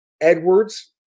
Edwards